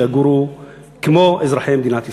שיגורו כמו אזרחי מדינת ישראל,